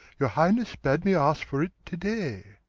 your highnesse bad me aske for it to day